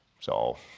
so